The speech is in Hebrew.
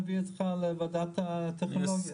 נביא אותך לוועדת הטכנולוגיה.